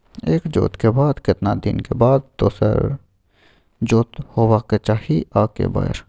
एक जोत के बाद केतना दिन के बाद दोसर जोत होबाक चाही आ के बेर?